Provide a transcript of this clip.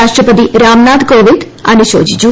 രാഷ്ട്രപതി രാംനാഥ് കോവിന്ദ് അനുശോചിച്ചു